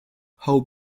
how